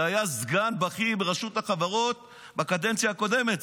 זה היה סגן בכיר ברשות החברות בקדנציה הקודמת.